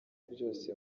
byose